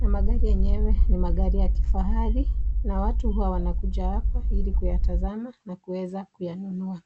na magari yenyewe ni magari ya kifahari na watu huwa wanakuja hapa ili kuyatasama na kuweza kuyanunua.